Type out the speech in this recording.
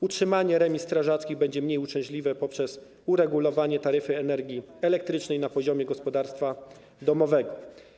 Utrzymanie remiz strażackich będzie mniej uciążliwe przez uregulowanie taryfy energii elektrycznej na poziomie gospodarstwa domowego.